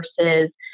versus